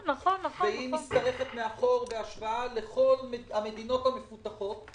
היא משתרכת מאחור בהשוואה לכל המדינות המפותחות.